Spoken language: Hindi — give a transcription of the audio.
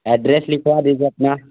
एड्रेस लिखवा दीजिए अपना